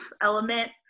element